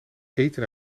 eten